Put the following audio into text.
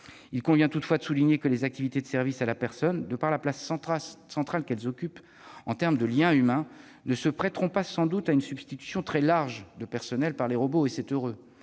Il convient toutefois de souligner que les activités de service à la personne, eu égard à la place centrale qu'y occupe le lien humain, ne se prêteront sans doute pas à une substitution très large du personnel par des robots, ce qui est heureux.